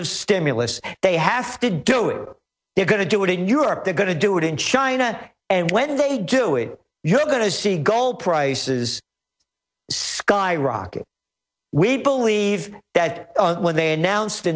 of stimulus they have to do it they're going to do it in europe they're going to do it in china and when they do it you're going to see gold prices skyrocket we believe that when they announce the